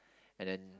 and then